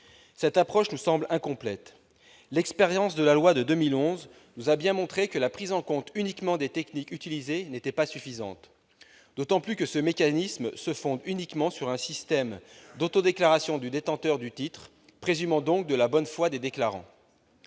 Cette approche nous semble incomplète. L'expérience de la loi de 2011 nous a bien montré que la seule prise en compte des techniques utilisées n'était pas suffisante, d'autant que ce mécanisme se fonde uniquement sur un système d'autodéclaration du détenteur du titre, présumant donc la bonne foi des déclarants.